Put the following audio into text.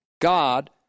God